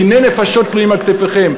דיני נפשות תלויים על כתפיכם.